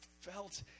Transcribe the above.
felt